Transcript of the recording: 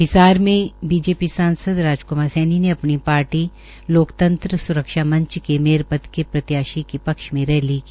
हिसार में भारतीय जनता पार्टी सांसद राजकमार सैनी ने अपनी पार्टी लोक तंत्र स्रक्षा मंच के मेयर पद के प्रत्याशी के पक्ष में रैली की